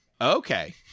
okay